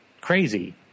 crazy